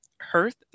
hearth